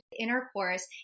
intercourse